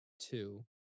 two